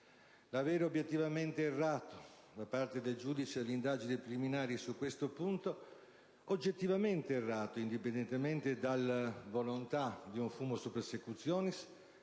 L'avere obiettivamente errato da parte del giudice per le indagini preliminari su questo punto, oggettivamente errato, indipendentemente dalla volontà di un *fumus* *persecutionis*,